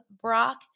Brock